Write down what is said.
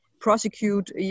prosecute